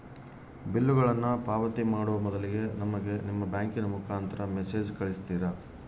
ಬಿಲ್ಲುಗಳನ್ನ ಪಾವತಿ ಮಾಡುವ ಮೊದಲಿಗೆ ನಮಗೆ ನಿಮ್ಮ ಬ್ಯಾಂಕಿನ ಮುಖಾಂತರ ಮೆಸೇಜ್ ಕಳಿಸ್ತಿರಾ?